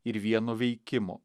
ir vieno veikimo